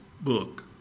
book